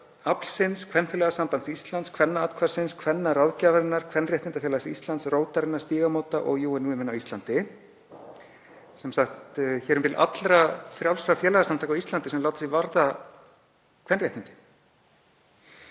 Aflsins, Kvenfélagasambands Íslands, Kvennaathvarfsins, Kvennaráðgjafarinnar, Kvenréttindafélags Íslands, Rótarinnar, Stígamóta og UN Women á Íslandi, sem sagt hér um bil allra frjálsra félagasamtaka á Íslandi sem láta sig varða kvenréttindi.